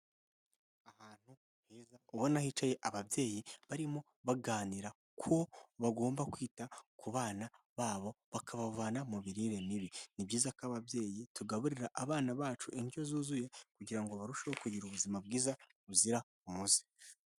Ahantu heza ubona hicaye ababyeyi barimo baganira ko bagomba kwita ku bana babo bakabavana mu mirire mibi. Ni byiza ko ababyeyi tugaburira abana bacu indyo zuzuye kugira ngo barusheho kugira ubuzima bwiza buzira umuze.